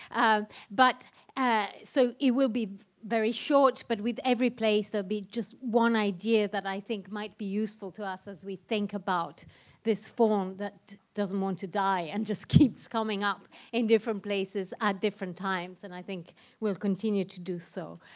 ah but so it will be very short, but with every place they'll be just one idea that i think might be useful to us as we think about this faun that doesn't want to die and just keeps coming up in different places at different times and i think we'll continue to do so.